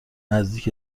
نزدیک